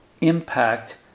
impact